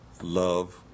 love